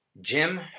Jim